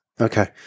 Okay